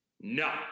No